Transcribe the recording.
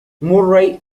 murray